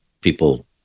people